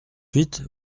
huit